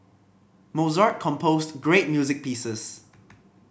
Mozart composed great music pieces